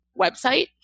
website